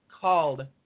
called